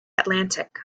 atlantic